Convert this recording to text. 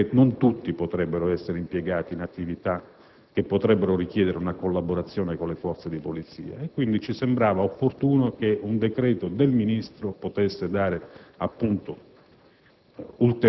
anche perché non tutti potrebbero essere impiegati in attività che potrebbero richiedere una collaborazione con le Forze di polizia. Quindi, ci è sembrato opportuno che un decreto del Ministro competente